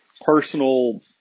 personal